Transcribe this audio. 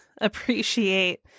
appreciate